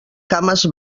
cames